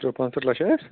تٕرٛہ پانٛژھ تٕرٛہ لچھ حظ